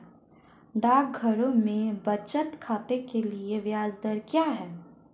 डाकघरों में बचत खाते के लिए ब्याज दर क्या है?